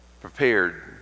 prepared